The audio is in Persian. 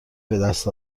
بدست